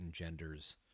engenders